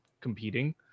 competing